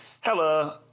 hello